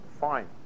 fine